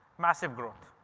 massive growth.